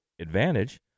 advantage